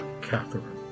Catherine